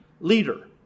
leader